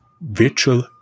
virtual